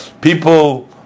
people